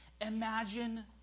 Imagine